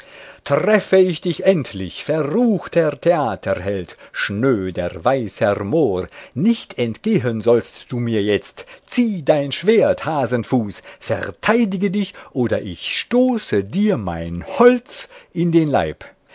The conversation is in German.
treffe ich dich endlich verruchter theaterheld schnöder weißer mohr nicht entgehen sollst du mir jetzt zieh dein schwert hasenfuß verteidige dich oder ich stoße dir mein holz in den leib